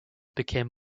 became